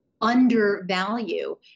Undervalue